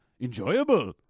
enjoyable